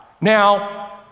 Now